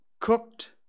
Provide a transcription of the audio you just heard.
cooked